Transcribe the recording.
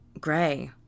Gray